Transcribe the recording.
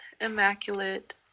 immaculate